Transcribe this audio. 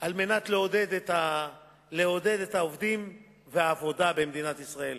על מנת לעודד את העובדים והעבודה במדינת ישראל.